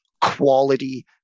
quality